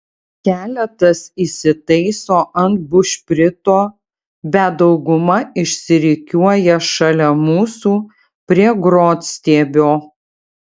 keletas įsitaiso ant bušprito bet dauguma išsirikiuoja šalia mūsų prie grotstiebio